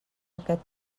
aquest